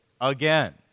again